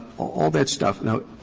all that stuff. now,